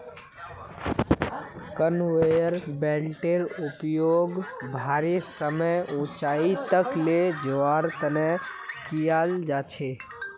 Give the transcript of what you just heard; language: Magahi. कन्वेयर बेल्टेर उपयोग भारी समान ऊंचाई तक ले जवार तने कियाल जा छे